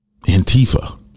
Antifa